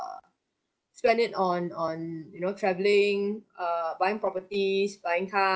spend it on on you know travelling err buying properties buying cars